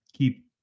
keep